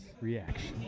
reaction